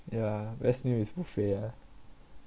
yeah that's me with buffet ah